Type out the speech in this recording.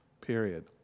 period